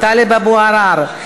טלב אבו עראר,